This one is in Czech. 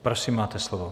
Prosím, máte slovo.